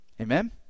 Amen